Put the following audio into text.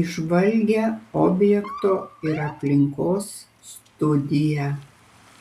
įžvalgią objekto ir aplinkos studiją